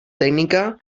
tècnica